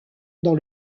dans